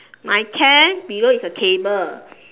my tent below is a table